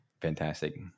fantastic